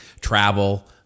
travel